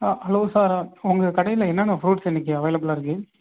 hello sir உங்கள் கடையில் என்னென்ன ஃப்ரூட்ஸ் இன்றைக்கு அவைலப்ளாக இருக்குது